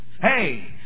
Hey